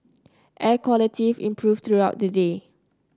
air quality improved throughout the day